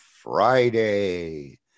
Friday